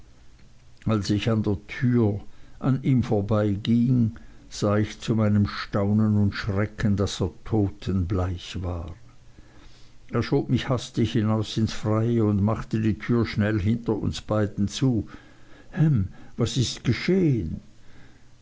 als ich an der tür an ihm vorbeiging sah ich zu meinem staunen und schrecken daß er totenbleich war er schob mich hastig hinaus ins freie und machte die türschnell hinter uns beiden zu ham was ist geschehen